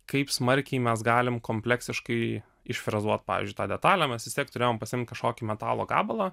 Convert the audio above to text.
kaip smarkiai mes galim kompleksiškai išfrezuot pavyzdžiui tą detalę mes vis tiek turėjom pasiimt kažkokį metalo gabalą